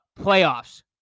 playoffs